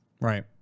Right